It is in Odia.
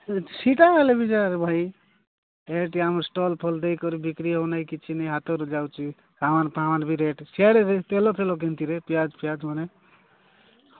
ସେଟା ହେଲେ ବି ଯାହା ହେଲେ ଭାଇ ଏଇଠି ଆମର ଷ୍ଟଲ୍ ଫଲ୍ ଦେଇ କରି ବିକ୍ରି ହେଉ ନାଇ କିଛି ନାଇ ହାତରୁ ଯାଉଛି ସାମାନ୍ ଫାମାନ୍ ବି ରେଟ୍ ସିଆଡ଼େ ତେଲ ଫେଲ କେମିତି ରେଟ୍ ପିଆଜ ପିଆଜ ମାନେ